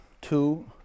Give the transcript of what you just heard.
two